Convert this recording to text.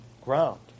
ground